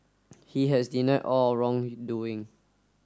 he has denied all or wrongdoing